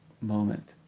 moment